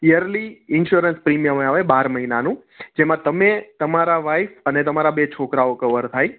yearly insurance premium આવે બાર મહિનાનું જેમાં તમે તમારા વાઈફ અને તમારા બે છોકરાઓ કવર થાય